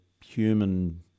human